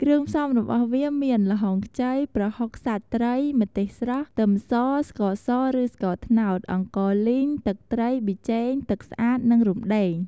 គ្រឿងផ្សំរបស់វាមាន ល្ហុងខ្ចី ប្រហុកសាច់ត្រី ម្ទេសស្រស់ ខ្ទឹមស ស្ករស ឬ ស្ករត្នោត អង្កលីង ទឹកត្រី ប៊ីចេង ទឹកស្អាត និងរំដេង។